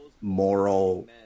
Moral